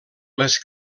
les